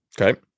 Okay